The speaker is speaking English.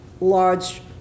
large